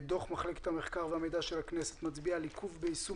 דוח מחלקת המחקר והמידע של הכנסת מצביע על עיכוב ביישום